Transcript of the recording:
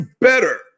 better